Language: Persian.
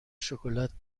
شکلات